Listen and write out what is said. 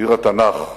עיר התנ"ך.